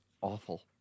awful